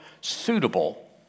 suitable